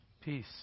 Peace